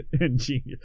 ingenious